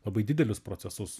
labai didelius procesus